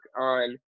on